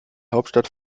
hauptstadt